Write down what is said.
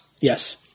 Yes